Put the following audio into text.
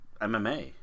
MMA